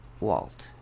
Walt